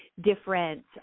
different